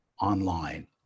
online